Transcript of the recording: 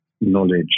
knowledge